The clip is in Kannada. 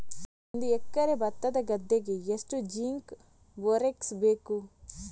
ಒಂದು ಎಕರೆ ಭತ್ತದ ಗದ್ದೆಗೆ ಎಷ್ಟು ಜಿಂಕ್ ಬೋರೆಕ್ಸ್ ಬೇಕು?